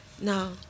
No